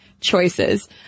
choices